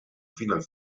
final